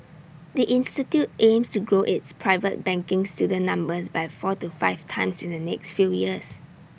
the institute aims to grow its private banking student numbers by four to five times in the next few years